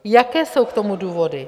Jaké jsou k tomu důvody?